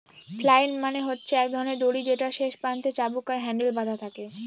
flail মানে হচ্ছে এক ধরনের দড়ি যেটার শেষ প্রান্তে চাবুক আর হ্যান্ডেল বাধা থাকে